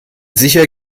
sicher